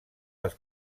les